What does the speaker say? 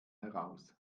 heraus